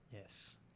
yes